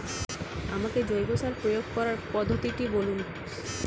আমাকে জৈব সার প্রয়োগ করার পদ্ধতিটি বলুন?